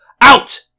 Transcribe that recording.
Out